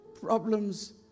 problems